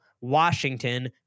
Washington